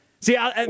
See